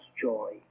joy